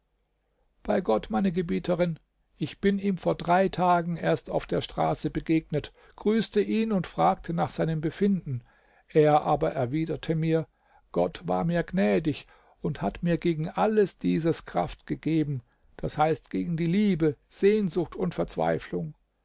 bei gott meine gebieterin ich bin ihm vor drei tagen erst auf der straße begegnet grüßte ihn und fragte nach seinem befinden er aber erwiderte mir gott war mir gnädig und hat mir gegen alles dieses kraft gegeben d h gegen die liebe sehnsucht und verzweiflung